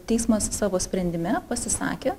teismas savo sprendime pasisakė